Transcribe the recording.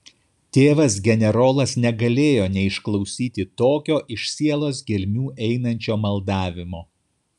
tėvas generolas negalėjo neišklausyti tokio iš sielos gelmių einančio maldavimo